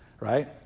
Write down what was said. Right